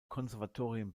konservatorium